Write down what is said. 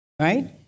right